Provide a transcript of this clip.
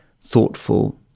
thoughtful